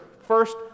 first